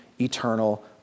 eternal